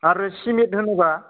आरो सिमेन्ट होनोबा